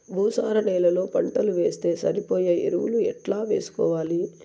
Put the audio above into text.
భూసార నేలలో పంటలు వేస్తే సరిపోయే ఎరువులు ఎట్లా వేసుకోవాలి?